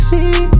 See